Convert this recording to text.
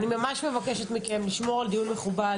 אני ממש מבקשת מכם לשמור על דיון מכובד.